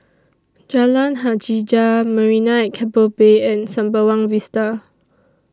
Jalan Hajijah Marina At Keppel Bay and Sembawang Vista